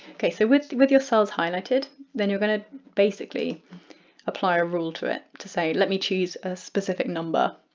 okay so with with your cells highlighted then you're going to basically apply a rule to it to say let me choose a specific number.